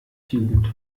jugend